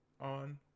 on